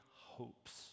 hopes